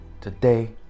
today